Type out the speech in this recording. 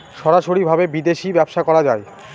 সরাসরি ভাবে বিদেশী ব্যবসা করা যায়